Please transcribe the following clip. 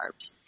carbs